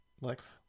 Lex